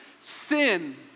sin